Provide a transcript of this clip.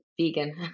vegan